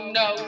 no